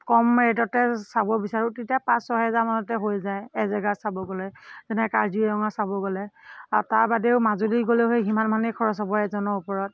কম ৰেটতে চাব বিচাৰোঁ তেতিয়া পাঁচ ছহেজাৰ মানতে হৈ যায় এজেগা চাব গ'লে যেনে কাজিৰঙা চাব গ'লে আৰু তাৰবাদেও মাজুলী গ'লেও সিমানমানেই খৰচ হ'ব এজনৰ ওপৰত